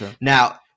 Now